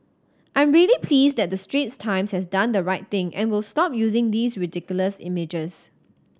I'm really pleased that the Straits Times has done the right thing and will stop using these ridiculous images